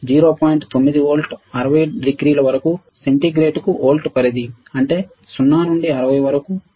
9 వోల్ట్ల 60 డిగ్రీల వరకు డిగ్రీ సెంటీగ్రేడ్కు వోల్ట్లు పరిధి అంటే 0 నుండి 60 వరకు 0